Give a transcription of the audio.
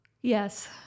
Yes